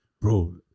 bro